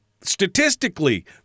statistically